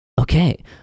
okay